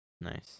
Nice